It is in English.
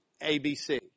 ABC